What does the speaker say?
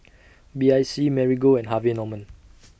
B I C Marigold and Harvey Norman